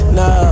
no